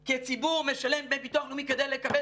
כי הציבור משלם דמי ביטוח כדי לקבל